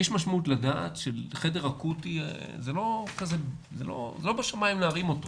יש משמעות לדעת שחדר אקוטי זה לא בשמים להרים אותו.